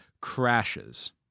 crashes